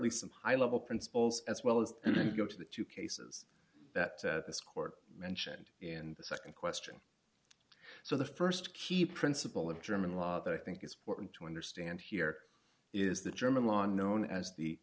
least some high level principles as well as go to the two cases that this court mentioned in the nd question so the st key principle of german law that i think it's important to understand here is the german law known as the